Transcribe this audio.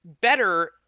better